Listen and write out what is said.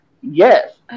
Yes